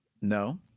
No